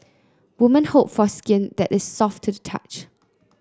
women hope for skin that is soft to the touch